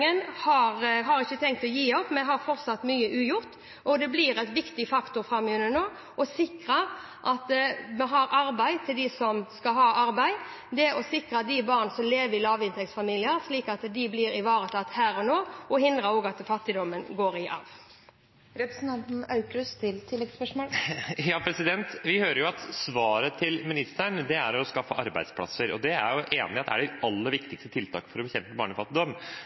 har ikke tenkt å gi opp. Vi har fortsatt mye ugjort. Det blir en viktig faktor framover nå å sikre at vi har arbeid til dem som skal ha arbeid, å sikre at barn som lever i lavinntektsfamilier blir ivaretatt her og nå, og også hindre at fattigdommen går i arv. Vi hører at svaret til statsråden er å skaffe arbeidsplasser. Det er det enighet om er det aller viktigste tiltaket for å bekjempe barnefattigdom.